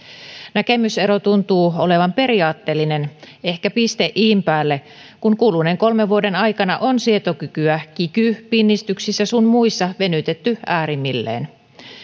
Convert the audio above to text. näkemysero tuntuu olevan periaatteellinen ehkä piste in päälle kun kuluneen kolmen vuoden aikana on sietokykyä kiky pinnistyksissä sun muissa venytetty äärimmilleen